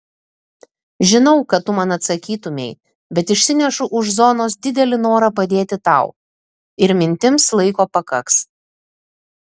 žinau ką tu man atsakytumei bet išsinešu už zonos didelį norą padėti tau ir mintims laiko pakaks